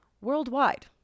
worldwide